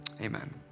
amen